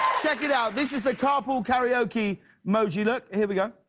check it out, this is the carpool karaoke moji, look, here we go.